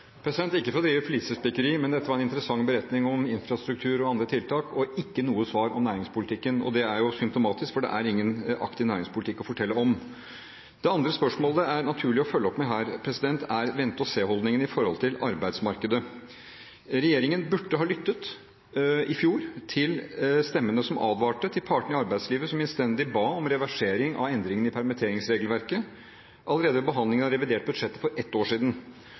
Ikke for å drive flisespikkeri, men dette var en interessant beretning om infrastruktur og andre tiltak – og ikke noe svar om næringspolitikken. Og det er symptomatisk, for det er ingen aktiv næringspolitikk å fortelle om. Det andre spørsmålet det er naturlig å følge opp med her, er vente-og-se-holdningen i forhold til arbeidsmarkedet: Regjeringen burde ha lyttet i fjor til stemmene, partene i arbeidslivet, som advarte og innstendig ba om reversering av endringene i permitteringsregelverket allerede ved behandlingen av revidert budsjett for ett år siden.